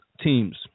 teams